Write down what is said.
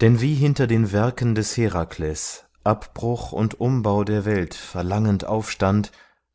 denn wie hinter den werken des herakles abbruch und umbau der welt verlangend aufstand